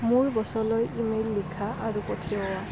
মোৰ বচলৈ ইমেইল লিখা আৰু পঠিওৱা